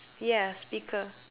yeah speaker